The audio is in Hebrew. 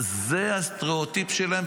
זה הסטראוטיפ שלהם,